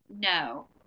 No